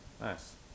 Nice